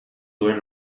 duen